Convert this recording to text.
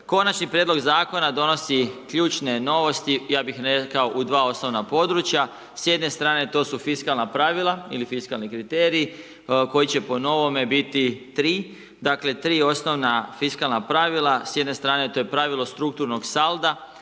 konačni prijedlog zakona, donosi ključne novosti, ja bi rekao u 2 osnovna područja. S jedne strane to su fiskalna pravila ili fiskalni kriterij, koji će po novome biti 3. Dakle, 3 osnovna fiskalna pravila, s jedne strane to je pravilo strukturnog salda,